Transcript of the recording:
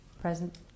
present